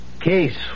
Case